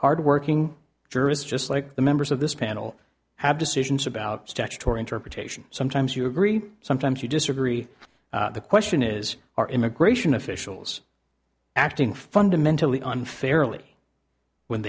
hardworking jurists just like the members of this panel have decisions about statutory interpretation sometimes you agree sometimes you disagree the question is are immigration officials acting fundamentally unfairly when